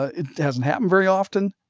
it hasn't happened very often,